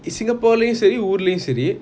is singapore சேரி ஊருலயும் சேரி:seri uurulayum seri